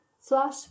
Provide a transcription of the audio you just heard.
slash